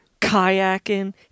kayaking